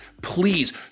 Please